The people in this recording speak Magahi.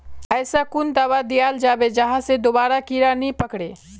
ऐसा कुन दाबा दियाल जाबे जहा से दोबारा कीड़ा नी पकड़े?